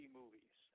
movies